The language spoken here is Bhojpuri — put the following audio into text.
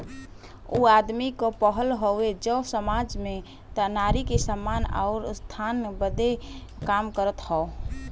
ऊ आदमी क पहल हउवे जौन सामाज में नारी के सम्मान आउर उत्थान बदे काम करत हौ